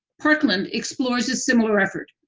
parkland explores a similar effort,